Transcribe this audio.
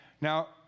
Now